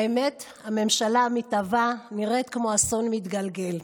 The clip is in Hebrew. האמת היא שהממשלה המתהווה נראית כמו אסון מתגלגל,